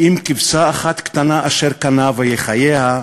כי אם כבשה אחת קטנה אשר קנה ויחיה,